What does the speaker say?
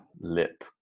lip